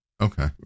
Okay